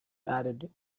added